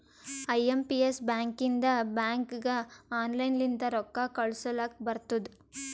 I M P S ಬ್ಯಾಕಿಂದ ಬ್ಯಾಂಕ್ಗ online ಲಿಂತ ರೊಕ್ಕಾ ಕಳೂಸ್ಲಕ್ ಬರ್ತುದ್